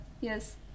yes